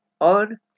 on